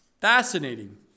fascinating